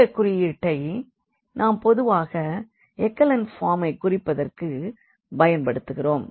இந்த குறியீட்டை நாம் பொதுவாக எக்கலன் ஃபார்மை குறிப்பதற்குப் பயன்படுத்துகிறோம்